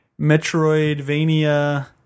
Metroidvania